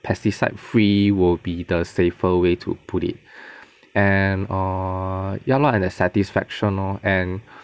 pesticide free will be the safer way to put it and err ya lor and the satisfaction lor and